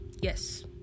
yes